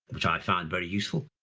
which i found very useful.